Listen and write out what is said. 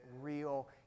real